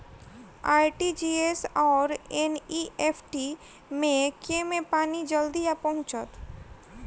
RTGS आओर NEFT मे केँ मे पानि जल्दी पहुँचत